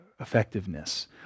effectiveness